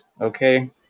okay